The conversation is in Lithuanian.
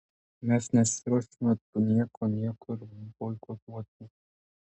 mes nesiruošiame nieko niekur boikotuoti